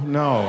no